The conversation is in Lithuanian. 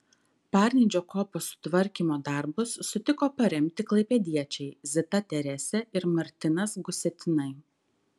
parnidžio kopos sutvarkymo darbus sutiko paremti klaipėdiečiai zita teresė ir martinas gusiatinai